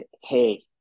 hey